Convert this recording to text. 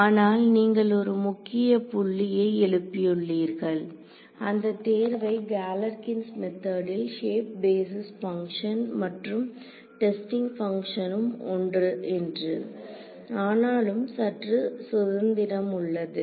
ஆனால் நீங்கள் ஒரு முக்கிய புள்ளியை எழுப்பியுள்ளீர்கள் அந்த தேர்வை கேலர்கின்ஸ் மெத்தடில் ஷேப் பேஸிஸ் பங்க்ஷன் மற்றும் டெஸ்டிங் பங்க்ஷனும் ஒன்று என்று ஆனாலும் சற்று சுதந்திரம் உள்ளது